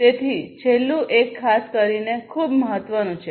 તેથી છેલ્લું એક ખાસ કરીને ખૂબ મહત્વનું છે